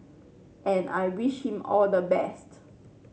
and I wish him all the best